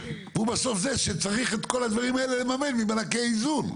והוא בסוף זה שצריך את כל הדברים האלה לממן ממענקי איזון.